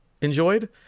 enjoyed